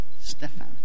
Stefan